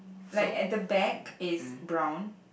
like at the back is brown